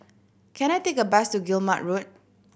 can I take a bus to Guillemard Road